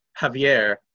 Javier